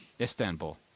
Istanbul